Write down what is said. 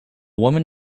woman